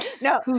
no